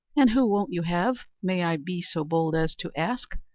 and who won't you have, may i be so bold as to ask?